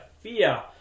fear